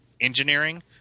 engineering